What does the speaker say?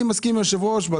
אני מסכים עם היושב-ראש.